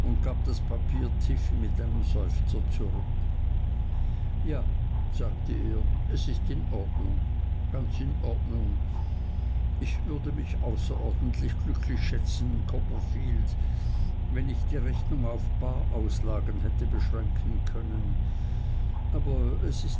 gab das papier tiffey mit einem seufzer zurück ja sagte er es ist in ordnung ganz in ordnung ich würde mich außerordentlich glücklich schätzen copperfield wenn ich die rechnung auf die barauslagen hätte beschränken können aber es ist